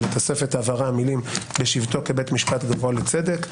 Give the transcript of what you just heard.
אבל תוספת הבהרה המילים: בשבתו כבית משפט גבוה לצדק.